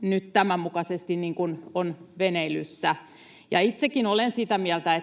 nyt tämän mukaisesti, niin kuin on veneilyssä. Ja itsekin olen sitä mieltä,